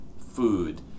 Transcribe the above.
food